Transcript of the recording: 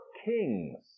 kings